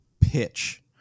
pitch